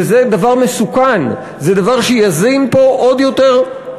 וזה דבר מסוכן, זה דבר שיזין פה עוד יותר,